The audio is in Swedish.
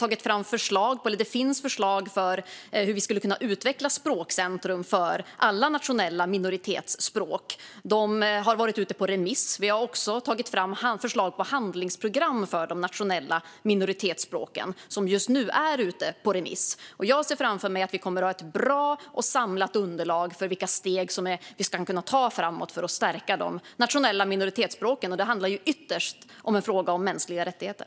Det finns förslag på hur vi skulle kunna utveckla språkcentrum för alla nationella minoritetsspråk, och de förslagen har varit ute på remiss. Vi har också tagit fram förslag på handlingsprogram för de nationella minoritetsspråken. Dessa är ute på remiss just nu. Jag ser framför mig att vi kommer att ha ett bra och samlat underlag för vilka steg som vi ska kunna ta framöver för att stärka de nationella minoritetsspråken. Det är ytterst en fråga om mänskliga rättigheter.